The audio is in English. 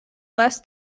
less